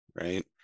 right